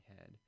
head